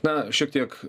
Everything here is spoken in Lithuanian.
na šiek tiek